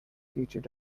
future